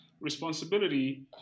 responsibility